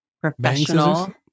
professional